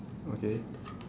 okay